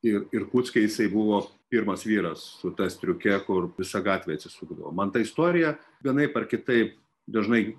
ir irkutske jisai buvo pirmas vyras su ta striuke kur visa gatvė atsisukdavo man ta istorija vienaip ar kitaip dažnai